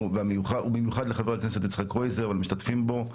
ובמיוחד לח"כ יצחק קרויזר ולמשתתפים בו,